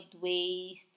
waste